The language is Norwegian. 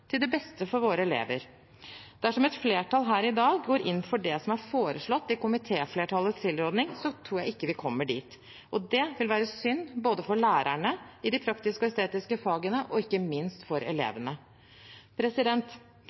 til det beste for våre elever. Dersom et flertall her i dag går inn for det som er foreslått i komiteflertallets tilråding, tror jeg ikke vi kommer dit. Det vil være synd, både for lærerne i de praktiske og estetiske fagene og ikke minst for elevene.